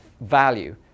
value